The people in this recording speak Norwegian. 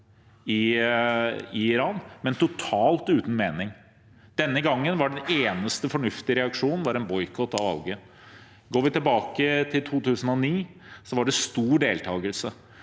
i Iran, men totalt uten mening. Denne gangen var den eneste fornuftige reaksjonen en boikott av valget. Går vi tilbake til 2009, var det stor deltakelse,